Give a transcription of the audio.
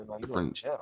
different